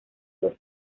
los